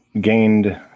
gained